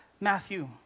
Matthew